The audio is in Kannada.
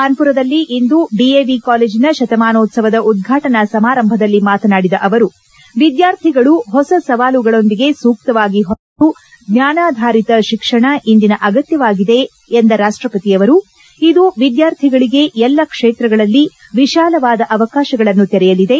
ಕಾನ್ವುರದಲ್ಲಿಂದು ಡಿಎವಿ ಕಾಲೇಜಿನ ಶತಮಾನೋತ್ಸವದ ಉದ್ರಾಟನಾ ಸಮಾರಂಭದಲ್ಲಿ ಮಾತನಾಡಿದ ಅವರು ವಿದ್ಯಾರ್ಥಿಗಳು ಹೊಸ ಸವಾಲುಗಳೊಂದಿಗೆ ಸೂಕ್ತವಾಗಿ ಹೊಂದಿಕೊಳ್ಳಬೇಕೆಂದು ಚ್ವಾನಾಧಾರಿತ ಶಿಕ್ಷಣ ಇಂದಿನ ಅಗತ್ತವಾಗಿದೆ ಎಂದ ರಾಷ್ಟಪತಿ ಅವರು ಇದು ವಿದ್ಯಾರ್ಥಿಗಳಿಗೆ ಎಲ್ಲ ಕ್ಷೇತ್ರಗಳಲ್ಲಿ ವಿಶಾಲವಾದ ಅವಕಾಶಗಳನ್ನು ತೆರೆಯಲಿದೆ